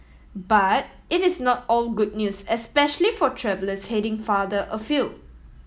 but it is not all good news especially for travellers heading farther afield